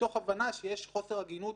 מתוך הבנה שיש חוסר הגינות